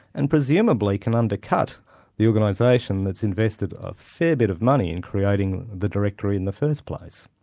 and presumably can undercut the organisation that's invested a fair bit of money in creating the directory in the first place.